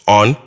on